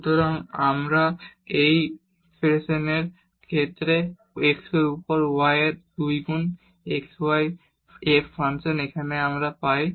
সুতরাং আমরা এই এক্সপ্রেশন এর x এর উপর y এর 2 গুণ xy f ফাংশন এখানে পাই